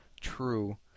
True